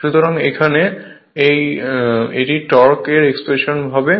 সুতরাং এখানে এটি টর্ক এর এক্সপ্রেশন হবে